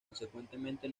consecuentemente